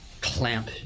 clamp